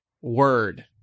word